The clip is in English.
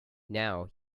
now